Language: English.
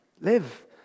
Live